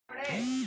खाता कइसे खुली?